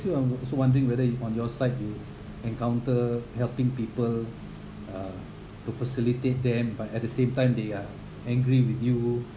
actually I'm also wondering whether you on your side you encounter helping people uh to facilitate them but at the same time they are angry with you